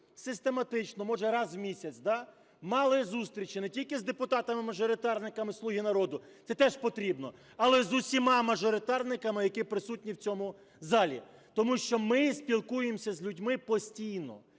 систематично, може раз на місяць, мали зустрічі не тільки з депутатами-мажоритарниками зі "Слуги народу", це теж потрібно, але й з усіма мажоритарниками, які присутні в цьому залі. Тому що ми спілкуємося з людьми постійно.